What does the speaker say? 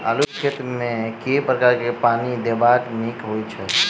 आलु केँ खेत मे केँ प्रकार सँ पानि देबाक नीक होइ छै?